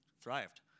thrived